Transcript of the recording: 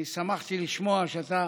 אני שמחתי לשמוע שאתה